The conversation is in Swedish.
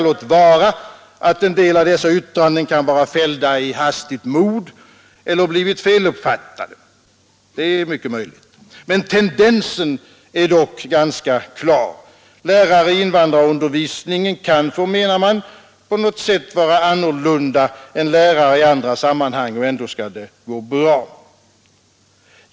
Låt vara att en del av dessa yttranden kan ha fällts i hastigt mod eller ha blivit feluppfattade — det är mycket möjligt —, tendensen är ändå klar: Lärare i invandrarundervisningen kan, menar man, på något sätt vara annorlunda än lärare i andra sammanhang, och ändå skall det gå bra.